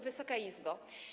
Wysoka Izbo!